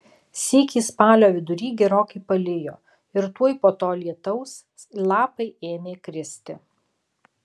sykį spalio vidury gerokai palijo ir tuoj po to lietaus lapai ėmė kristi